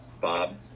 Bob